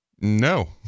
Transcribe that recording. No